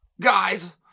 guys